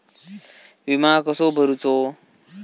विमा कसो भरूचो?